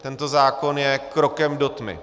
Tento zákon je krokem do tmy.